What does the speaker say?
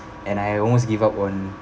and I almost give up on